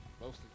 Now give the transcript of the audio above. mostly